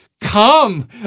Come